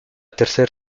tercer